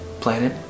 planet